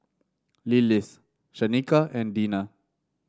Lillis Shanika and Dina